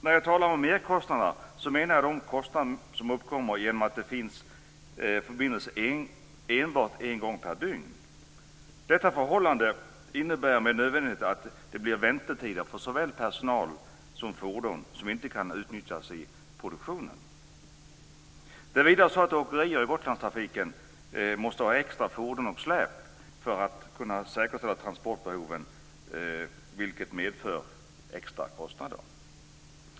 När jag talar om merkostnader menar jag de kostnader som uppkommer genom att det finns förbindelse enbart en gång per dygn. Detta förhållande innebär med nödvändighet att det blir väntetider för såväl personal som fordon som inte kan utnyttjas i produktionen. Det är vidare så att åkerier i Gotlandstrafiken måste ha extra fordon och släp för att kunna säkerställa transportbehoven, vilket medför extra kostnader.